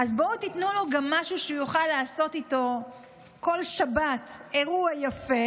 אז בואו תיתנו לו גם משהו שהוא יוכל לעשות איתו כל שבת אירוע יפה,